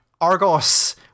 Argos